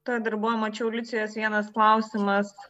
tuoj dar buvo mačiau liucijos vienas klausimas